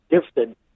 gifted